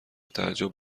تعجب